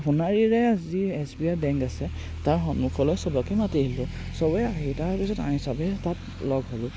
সোণাৰীৰে যি S B I bank আছে তাৰ সন্মুখলৈ সবকে মাতি আহিলোঁ সবেই আহি তাৰপিছত আমি সবেই তাত লগ হ'লোঁ